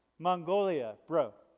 mongolia? bro.